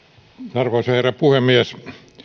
arvoisa herra puhemies